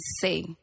say